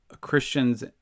Christians